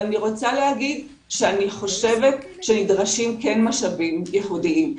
אבל אני רוצה להגיד שאני חושבת שנדרשים כן משאבים ייחודיים.